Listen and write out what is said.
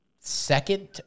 second